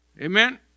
Amen